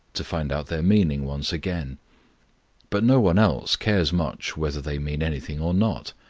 to find out their meaning once again but no one else cares much whether they mean anything or not.